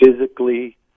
physically